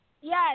Yes